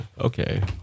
okay